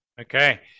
Okay